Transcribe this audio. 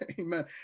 Amen